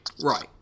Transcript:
Right